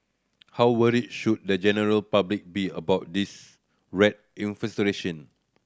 how worried should the general public be about this rat